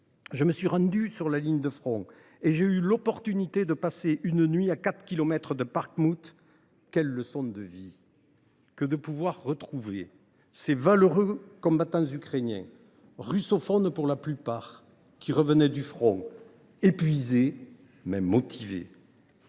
je me suis rendu sur la ligne de front et j’ai eu l’occasion de passer une nuit à quatre kilomètres de Bakhmout. Quelle leçon de vie que de pouvoir retrouver ces valeureux combattants ukrainiens, russophones pour la plupart, qui revenaient du front, épuisés, mais motivés